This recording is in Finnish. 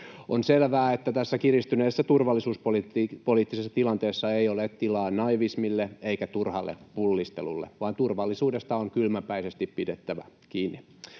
On selvää, että tässä kiristyneessä turvallisuuspoliittisessa tilanteessa ei ole tilaa naivismille eikä turhalle pullistelulle, vaan turvallisuudesta on kylmäpäisesti pidettävä kiinni.